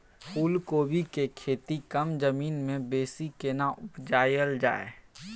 फूलकोबी के खेती कम जमीन मे बेसी केना उपजायल जाय?